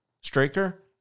straker